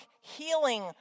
healing